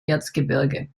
erzgebirge